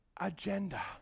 agenda